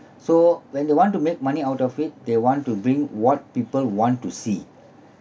so when they want to make money out of it they want to bring what people want to see